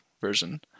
version